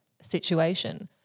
situation